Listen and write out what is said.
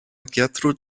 gertrud